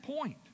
point